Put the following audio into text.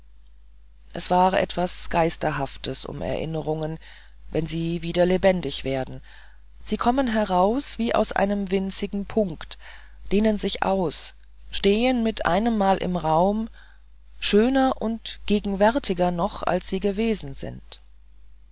es ist etwas geisterhaftes um erinnerungen wenn sie wieder lebendig werden sie kommen heraus wie aus einem winzigen punkte dehnen sich aus stehen mit einemmal im raum schöner und gegenwärtiger noch als sie gewesen sind